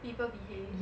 people behave